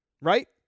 Right